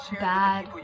Bad